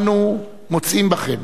אנו מוצאים בכם